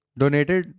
donated